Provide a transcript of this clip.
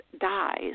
Dies